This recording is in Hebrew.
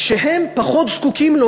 שפחות זקוקים לו,